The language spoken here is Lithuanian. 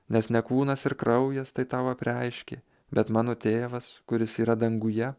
nes ne kūnas ir kraujas tai tau apreiškė bet mano tėvas kuris yra danguje